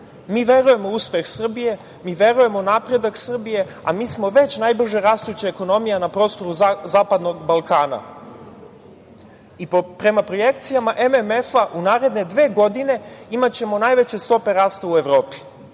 verujemo u uspeh Srbije, mi verujemo u napredak Srbije, a mi smo već najbrže rastuća ekonomija na prostoru Zapadnog Balkana. Prema projekcijama MMF u naredne dve godine, imaćemo najveće stope rasta u Evropi.